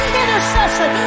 intercession